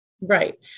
right